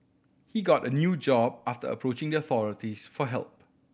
he got a new job after approaching the authorities for help